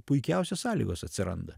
puikiausios sąlygos atsiranda